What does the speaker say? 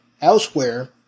elsewhere